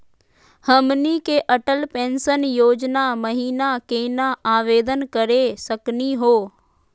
हमनी के अटल पेंसन योजना महिना केना आवेदन करे सकनी हो?